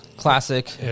classic